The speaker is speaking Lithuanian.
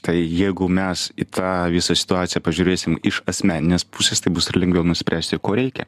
tai jeigu mes į tą visą situaciją pažiūrėsim iš asmeninės pusės tai bus ir lengviau nuspręsti ko reikia